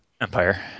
Empire